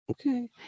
Okay